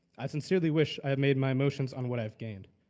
i sincerely wish i have made my motions on what i've gained,